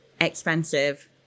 expensive